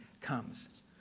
comes